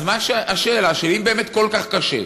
אז השאלה שלי, אם באמת כל כך קשה,